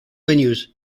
venues